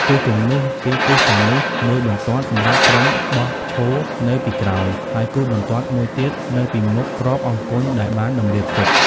គូសគំនូស គេគូសគំនូសមួយបន្ទាត់សម្រាប់ក្រុមបោះឈរនៅពីក្រោយ ហើយគូសបន្ទាត់មួយទៀតនៅពីមុខគ្រាប់អង្គញ់ដែលបានតម្រៀបទុក ។